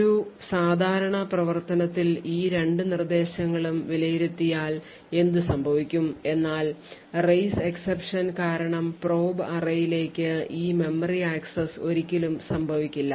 ഒരു സാധാരണ പ്രവർത്തനത്തിൽ ഈ രണ്ട് നിർദ്ദേശങ്ങളും വിലയിരുത്തിയാൽ എന്ത് സംഭവിക്കും എന്നാൽ raise exception കാരണം probe array ലേക്ക് ഈ മെമ്മറി ആക്സസ് ഒരിക്കലും സംഭവിക്കില്ല